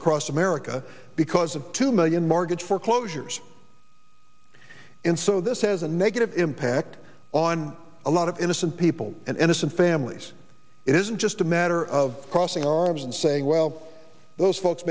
across america because of two million mortgage foreclosures and so this has a negative impact on a lot of innocent people and innocent families it isn't just a matter of crossing our arms and saying well those folks